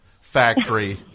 factory